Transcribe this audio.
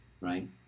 right